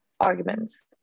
arguments